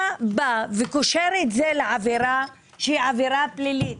אתה בא וקושר את זה לעבירה, שהיא פלילית.